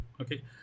okay